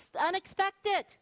unexpected